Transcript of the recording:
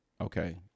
okay